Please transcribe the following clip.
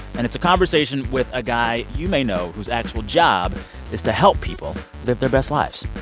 and it's a conversation with a guy you may know, whose actual job is to help people live their best lives.